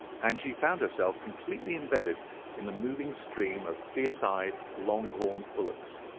and she found herself completely imbedded in the moving stream of fierce-eyed, long-horned bullocks.